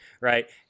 right